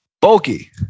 bulky